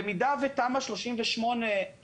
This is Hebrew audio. במידה ותמ"א 38, חיזוק,